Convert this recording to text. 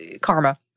Karma